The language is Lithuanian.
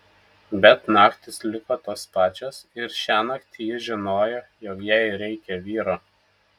bet naktys liko tos pačios ir šiąnakt ji žinojo jog jai reikia vyro